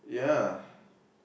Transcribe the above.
ya